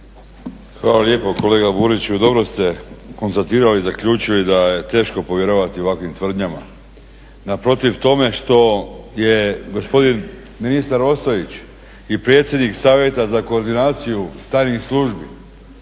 Hvala lijepo. Kolega Buriću dobro ste konstatirali i zaključili da je teško povjerovati ovakvim tvrdnjama. Naprotiv tome što je gospodin ministar Ostojić i predsjednik Savjeta za koordinaciju tajnih službi